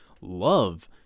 love